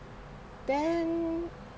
then